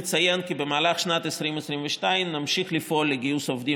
נציין כי במהלך 2022 נמשיך לפעול לגיוס עובדים